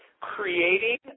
creating